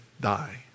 die